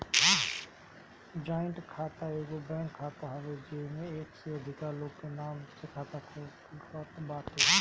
joint खाता एगो bank खाता हवे जेमे एक से अधिका लोग के नाम से खाता खुलत बाटे